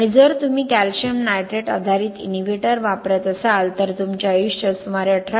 आणि जर तुम्ही कॅल्शियम नायट्रेट आधारित इनहिबिटर वापरत असाल तर तुमचे आयुष्य सुमारे 18